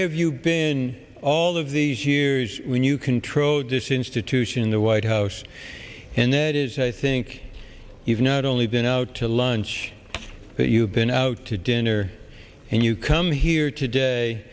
have you been all of these years when you control this institution the white house and that is i think you've not only been out to lunch but you've been out to dinner and you come here today